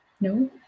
No